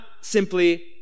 simply